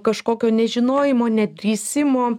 kažkokio nežinojimo nedrįsimo